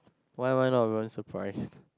why why not doing surprise